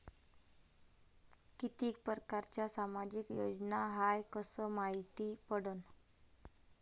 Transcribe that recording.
कितीक परकारच्या सामाजिक योजना हाय कस मायती पडन?